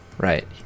right